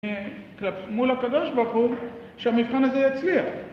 מול הקדוש ברוך הוא שהמבחן הזה יצליח